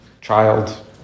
child